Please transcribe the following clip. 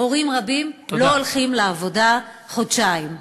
הורים רבים לא הולכים לעבודה חודשיים.